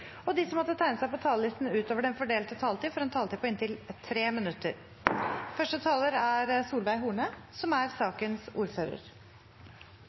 og de som måtte tegne seg på talerlisten utover den fordelte taletid, får en taletid på inntil 3 minutter.